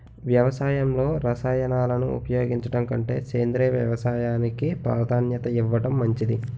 వ్యవసాయంలో రసాయనాలను ఉపయోగించడం కంటే సేంద్రియ వ్యవసాయానికి ప్రాధాన్యత ఇవ్వడం మంచిది